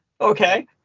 Okay